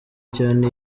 cyane